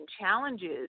challenges